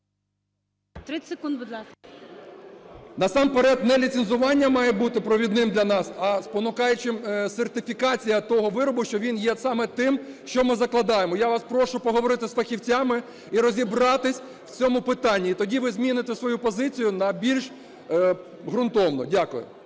Насамперед не ліцензування має бути провідним для нас, а спонукаючим сертифікація того виробу, що він є саме тим, що ми закладаємо. Я вас прошу поговорити з фахівцями і розібратись у цьому питанні, і тоді ви зміните свою позицію на більш ґрунтовну. Дякую.